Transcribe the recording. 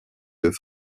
deux